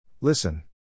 Listen